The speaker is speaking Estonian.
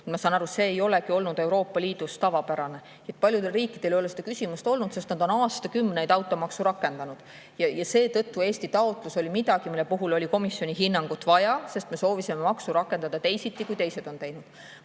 ma saan aru, ei ole olnud Euroopa Liidus tavapärane. Paljudel riikidel ei ole seda küsimust olnud, sest nad on aastakümneid automaksu rakendanud. Seetõttu oli Eesti taotlus midagi, mille puhul oli komisjoni hinnangut vaja, sest me soovisime maksu rakendada teisiti, kui teised on seda